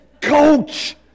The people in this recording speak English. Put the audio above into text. coach